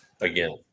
again